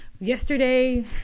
yesterday